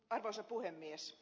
arvoisa puhemies